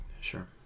Sure